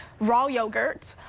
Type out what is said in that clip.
raw yogurt